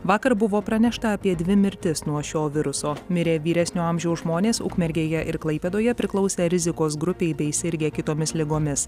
vakar buvo pranešta apie dvi mirtis nuo šio viruso mirė vyresnio amžiaus žmonės ukmergėje ir klaipėdoje priklausę rizikos grupei bei sirgę kitomis ligomis